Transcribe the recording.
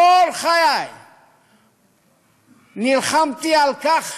כל חיי נלחמתי על כך